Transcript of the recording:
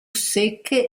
secche